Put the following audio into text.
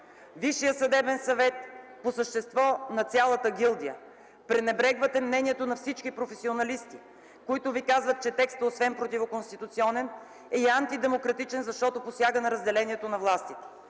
Висшия съдебен съвет, по същество на цялата гилдия. Пренебрегвате мнението на всички професионалисти, които ви казват, че текстът освен противоконституционен е и антидемократичен, защото посяга на разделението на властите.